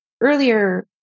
earlier